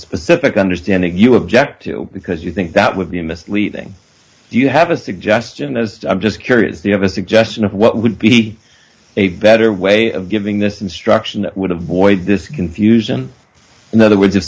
specific understanding you object to because you think that would be misleading you have a suggestion as i'm just curious the have a suggestion of what would be a better way of giving this instruction would have void this confusion in other words